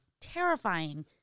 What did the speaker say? terrifying